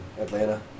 Atlanta